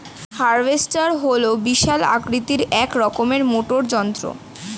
harvester হল বিশাল আকৃতির এক রকমের মোটর যন্ত্র